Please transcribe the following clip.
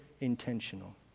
intentional